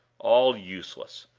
all useless!